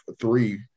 three